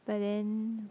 but then